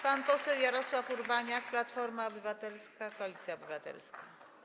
Pan poseł Jarosław Urbaniak, Platforma Obywatelska - Koalicja Obywatelska.